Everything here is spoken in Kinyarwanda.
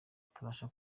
batabasha